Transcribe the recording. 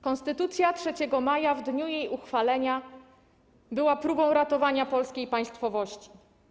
Konstytucja 3 maja w dniu jej uchwalenia była próbą ratowania polskiej państwowości.